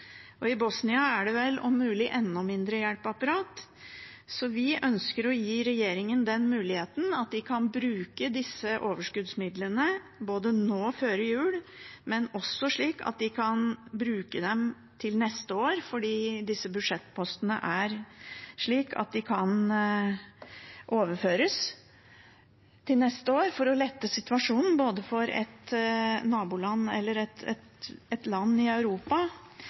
I Bosnia er det vel om mulig enda mindre hjelpeapparat. Vi ønsker å gi regjeringen muligheten til å bruke disse overskuddsmidlene nå før jul, men også slik at de kan bruke dem til neste år – disse budsjettpostene kan overføres – for å lette situasjonen, både for et